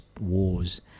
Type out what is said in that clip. wars